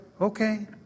Okay